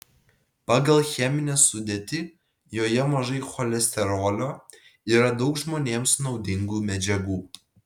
pagal cheminę sudėtį joje mažai cholesterolio yra daug žmonėms naudingų medžiagų